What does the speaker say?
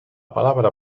palabra